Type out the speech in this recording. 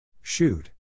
Shoot